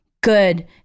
good